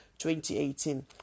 2018